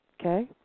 Okay